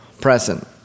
present